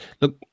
Look